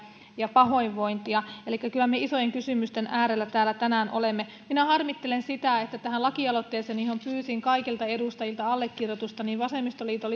ja pahoinvointia kyllä me isojen kysymysten äärellä täällä tänään olemme minä harmittelen sitä että tähän lakialoitteeseeni johon pyysin kaikilta edustajilta allekirjoitusta vasemmistoliiton